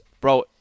Bro